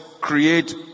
create